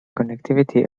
connectivity